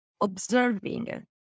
observing